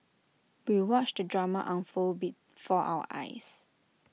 we watched the drama unfold before our eyes